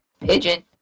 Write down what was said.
pigeon